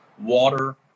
water